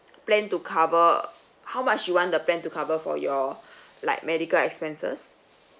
plan to cover how much you want the plan to cover for your like medical expenses